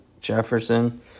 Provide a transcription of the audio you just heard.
Jefferson